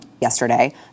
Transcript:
Yesterday